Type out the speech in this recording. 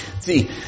See